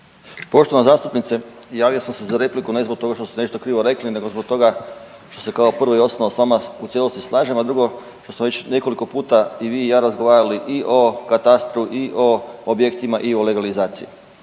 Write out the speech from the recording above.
Poštovana zastupnice. Javio sam se za repliku ne zbog toga što ste nešto krivo rekli nego zbog toga što se kao prvo i osnovno s vama u cijelosti slažem, a drugo što ste već nekoliko puta i vi i ja razgovarali i o katastru i o objektima i o legalizaciji.